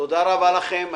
תודה רבה לכם.